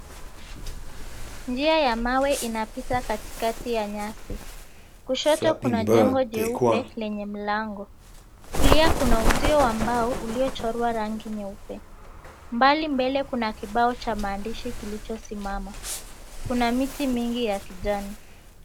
Njia ya mawe inapita katikati ya nyasi. Kushoto kuna jengo jeupe lenye mlango. Kulia kuna uzio wa mbao uliochorwa rangi nyeupe. Mbali mbele kuna kibao cha maandishi kilichosimama. Kuna miti mingi ya kijani.